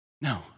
No